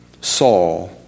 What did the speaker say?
Saul